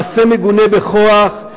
מעשה מגונה בכוח,